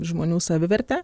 žmonių savivertę